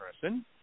person